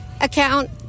account